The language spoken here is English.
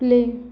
play